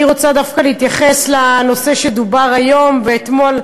אני רוצה דווקא להתייחס לנושא שדובר היום ואתמול,